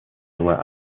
junger